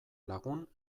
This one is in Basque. lagun